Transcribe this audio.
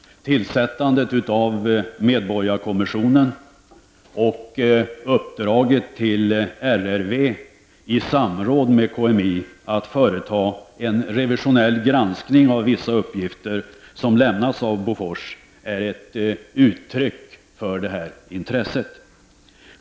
Tillsättandet av medborgarkommissionen och uppdraget till RRV att i samråd med KMI företa en revisionell granskning av vissa uppgifter som lämnats av Bofors är ett uttryck för detta intresse.